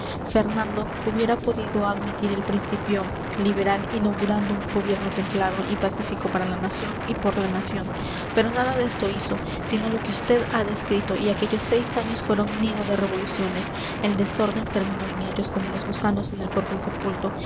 fernando hubiera podido admitir el principio liberal inaugurando un gobierno templado y pacífico para la nación y por la nación pero nada de esto hizo sino lo que usted ha descrito y aquellos seis años fueron nido de revoluciones el desorden germinó en ellos como los gusanos en el cuerpo insepulto